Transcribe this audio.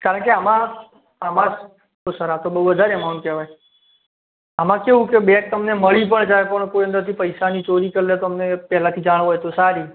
કારણ કે આમાં આમાં તો સર આ તો બહુ વધારે અમાઉન્ટ કહેવાય આમાં કેવું કે બેગ તમને મળી પણ જાય પણ કોઈ અંદરથી પૈસાની ચોરી કરી લે તો અમને પહેલાંથી જાણ હોય તો સારી